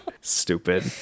Stupid